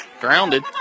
grounded